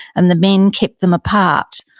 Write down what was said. and the men kept them apart.